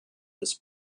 this